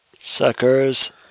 Suckers